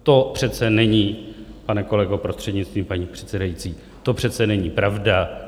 To přece není, pane kolego, prostřednictvím paní předsedající, to přece není pravda.